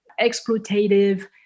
exploitative